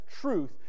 truth